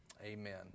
Amen